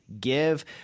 give